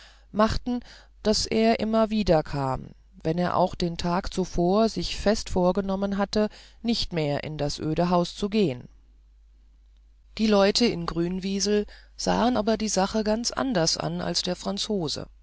machten daß er immer wiederkam wenn er auch den tag zuvor sich fest vorgenommen hatte nicht mehr in das öde haus zu gehen die leute in grünwiesel sahen aber die sache ganz anders an als der franzose